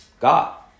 God